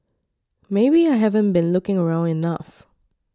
maybe I haven't been looking around enough